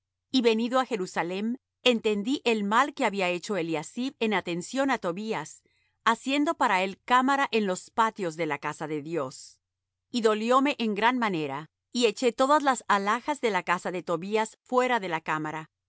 y venido á jerusalem entendí el mal que había hecho eliasib en atención á tobías haciendo para él cámara en los patios de la casa de dios y dolióme en gran manera y eché todas las alhajas de la casa de tobías fuera de la cámara y